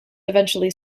eventually